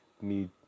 need